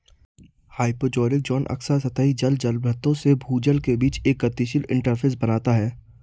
hyporheic zone अक्सर सतही जल जलभृतों से भूजल के बीच एक गतिशील इंटरफ़ेस बनाता है